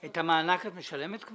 את המענק את כבר משלמת?